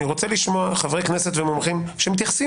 אני רוצה לשמוע חברי כנסת ומומחים שמתייחסים